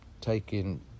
taking